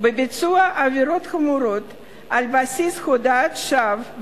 בביצוע עבירות חמורות על בסיס הודאת שווא,